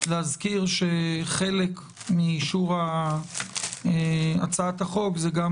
אני רוצה רק להזכיר שחלק מאישור הצעת החוק זה גם